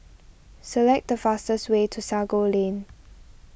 select the fastest way to Sago Lane